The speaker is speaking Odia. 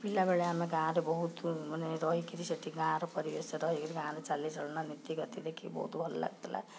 ପିଲାବେଳେ ଆମେ ଗାଁରେ ବହୁତ ମାନେ ରହିକରି ସେଠି ଗାଁର ପରିବେଶରେ ରହିକିରି ଗାଁର ଚାଲିଚଳଣ ନିତିଗତି ଦେଖିକି ବହୁତ ଭଲ ଲାଗୁଥିଲା